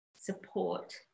support